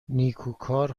نیکوکار